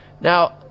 Now